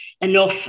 enough